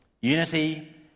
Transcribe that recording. Unity